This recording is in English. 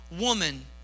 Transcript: woman